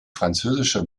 französische